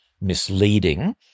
misleading